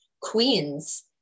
Queens